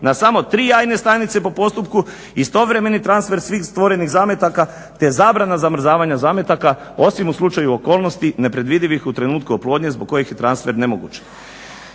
na samo 3 jajne stanice po postupku, istovremeni transfer svih stvorenih zametaka te zabrana zamrzavanja zametaka osim u slučaju okolnosti nepredvidivih u trenutku oplodnje zbog kojih je transfer nemoguć.